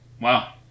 Wow